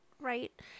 right